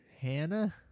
Hannah